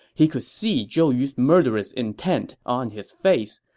he could see zhou yu's murderous intent on his face,